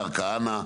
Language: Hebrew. השר כהנא,